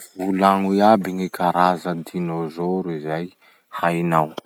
Volagno iaby gny karaza dinôzôro izay hainao.